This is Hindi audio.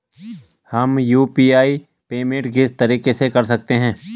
हम यु.पी.आई पेमेंट किस तरीके से कर सकते हैं?